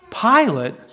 Pilate